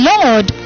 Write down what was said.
Lord